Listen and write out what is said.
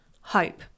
hope